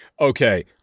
Okay